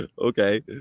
Okay